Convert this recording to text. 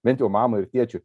bent jau mamai ir tėčiui